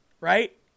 Right